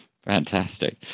Fantastic